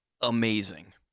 amazing